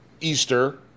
Easter